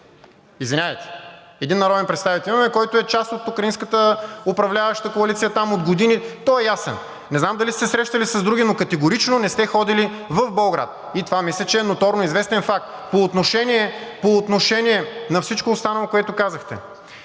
извинявайте! Един народен представител имаме, който е част от украинската управляваща коалиция там от години, той е ясен. Не знам дали сте се срещали с други, но категорично не сте ходили в Болград и това мисля, че е ноторно известен факт. По отношение на всичко останало, което казахте.